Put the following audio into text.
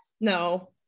No